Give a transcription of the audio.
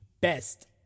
best